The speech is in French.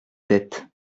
têtes